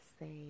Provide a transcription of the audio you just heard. say